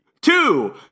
Two